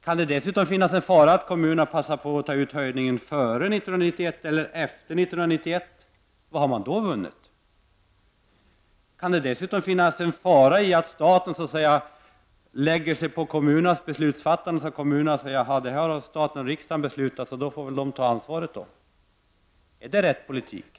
Kan det dessutom finnas en fara för att kommunerna passar på att ta ut höjningen före 1991 eller efter 1991? Vad har man då vunnit? Kan det dessutom finnas en fara för att staten lägger sig i kommunernas beslutsfattande, så att kommunerna säger att staten och riksdagen redan har fattat besluten och att de därför får ta ansvaret? Är det en riktig politik?